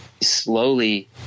slowly